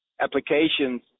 applications